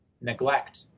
neglect